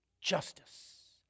justice